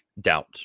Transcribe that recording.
doubt